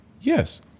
Yes